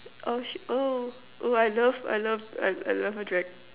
oh shit oh oh I love I love I love a drag